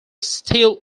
steel